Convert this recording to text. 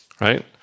right